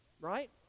right